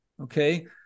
Okay